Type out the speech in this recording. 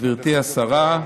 גברתי השרה,